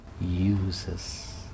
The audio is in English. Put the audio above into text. uses